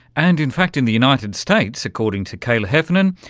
and, in fact, in the united states, according to kayla heffernan,